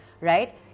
right